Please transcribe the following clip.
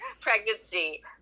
pregnancy